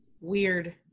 weird